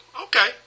Okay